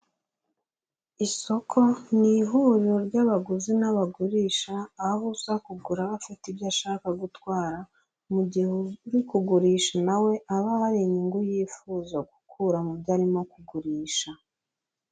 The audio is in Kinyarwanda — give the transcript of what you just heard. Isoko ni ihuriro ry'abaguzi n'abagurisha, aho uza kugura aba afite ibyo ashaka gutwara, mu gihe uri kugurisha na we aba hari inyungu yifuza gukura mu byo arimo kugurisha.